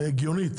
הגיונות.